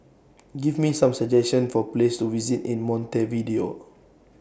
Give Me Some suggestions For Places to visit in Montevideo